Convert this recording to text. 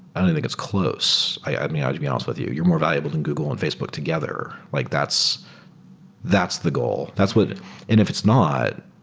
i don't think it's close. i mean, ah to be honest with you. you're more valuable than google and facebook together. like that's that's the goal. that's what and if it's not,